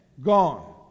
gone